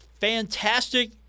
fantastic